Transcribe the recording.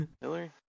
Hillary